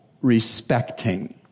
respecting